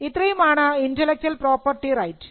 ഇത്രയുമാണ് intellectual property right